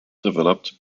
developed